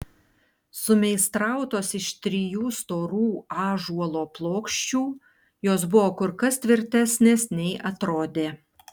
sumeistrautos iš trijų storų ąžuolo plokščių jos buvo kur kas tvirtesnės nei atrodė